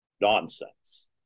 nonsense